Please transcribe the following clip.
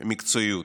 מקצועיות.